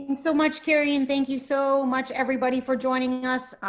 and so much kerry and, thank you so much everybody for joining us.